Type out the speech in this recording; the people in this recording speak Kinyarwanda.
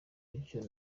bityo